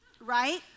Right